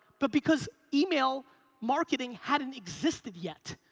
but because email marketing hadn't existed yet.